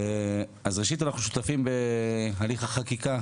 אז ראשית, אנחנו שותפים בהליך החקיקה.